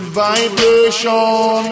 vibration